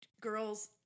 girls